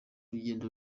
ruganda